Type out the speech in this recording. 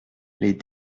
les